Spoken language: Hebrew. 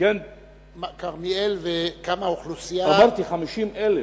כמה אוכלוסייה,